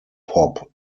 pop